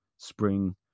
spring